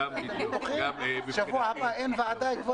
מה, שבוע הבא כבר אין ועדה?